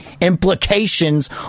implications